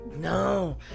No